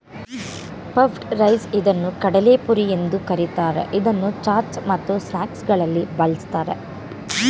puffed rice ಇದನ್ನು ಕಡಲೆಪುರಿ ಎಂದು ಕರಿತಾರೆ, ಇದನ್ನು ಚಾಟ್ಸ್ ಮತ್ತು ಸ್ನಾಕ್ಸಗಳಲ್ಲಿ ಬಳ್ಸತ್ತರೆ